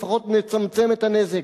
לפחות נצמצם את הנזק,